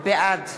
בעד